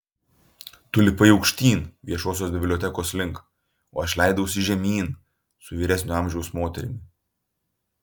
tu lipai aukštyn viešosios bibliotekos link o aš leidausi žemyn su vyresnio amžiaus moterimi